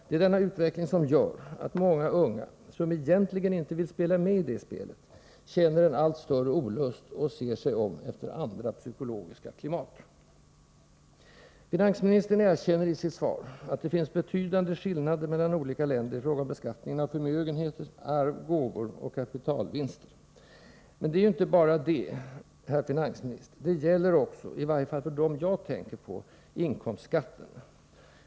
Det är denna utveckling som gör att många unga, som egentligen inte vill spela med i det spelet, känner en allt större olust och ser sig om efter andra psykologiska klimat. Finansministern erkänner i sitt svar att det finns betydande skillnader mellan olika länder i fråga om beskattningen av förmögenheter, arv, gåvor och kapitalvinster. Men det är ju inte bara detta, herr finansminister, utan det gäller också — i varje fall för dem jag tänker på — inkomstskatten.